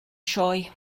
sioe